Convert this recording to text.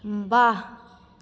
वाह